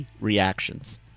Reactions